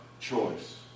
choice